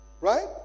right